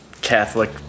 Catholic